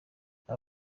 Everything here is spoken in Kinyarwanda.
aba